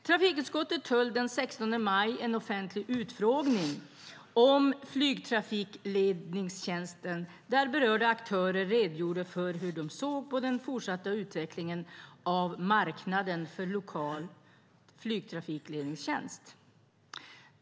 Trafikutskottet höll den 16 maj en offentlig utfrågning om flygtrafikledningstjänsten där berörda aktörer redogjorde för hur de såg på den fortsatta utvecklingen av marknaden för lokal flygtrafikledningstjänst.